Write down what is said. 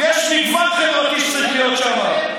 צריך להיות שם מגוון חברתי.